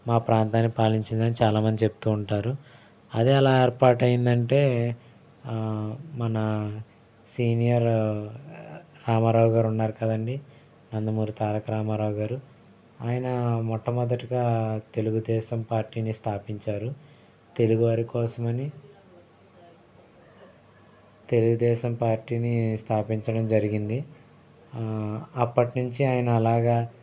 మా ప్రాంతాన్ని పాలించిందని చాలా మంది చెప్తూ ఉంటారు అదెలా ఏర్పాటు అయిందంటే మన సీనియర్ రామారావు గారు ఉన్నారు కదండీ నందమూరి తారక రామారావు గారు ఆయన మొట్టమొదటిగా తెలుగుదేశం పార్టీని స్థాపించారు తెలుగువారి కోసమని తెలుగుదేశం పార్టీని స్థాపించడం జరిగింది అప్పటినుంచి ఆయన అలాగా